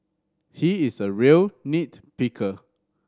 he is a real nit picker